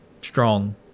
strong